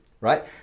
right